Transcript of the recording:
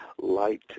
light